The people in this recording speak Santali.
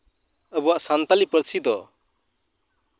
ᱟᱵᱚᱣᱟᱜ ᱥᱟᱱᱛᱟᱲᱤ ᱯᱟᱹᱨᱥᱤ ᱫᱚ